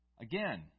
Again